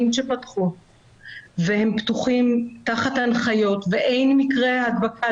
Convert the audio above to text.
שפתחו והם פתוחים תחת ההנחיות ואין מקרי הדבקה,